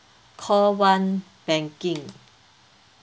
call one banking